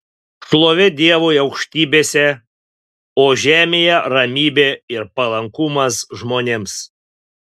šlovė dievui aukštybėse o žemėje ramybė ir palankumas žmonėms